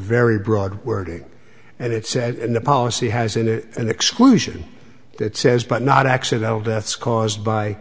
very broad wording and it said the policy has in an exclusion that says but not accidental deaths caused by